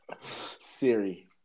Siri